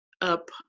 up